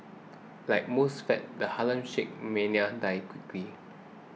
like most fads the Harlem Shake mania died quickly